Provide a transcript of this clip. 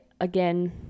again